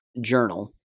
journal